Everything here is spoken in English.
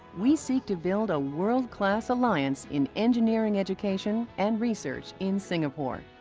we seek to build a world-class alliance in engineering education and research in singapore.